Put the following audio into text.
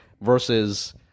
versus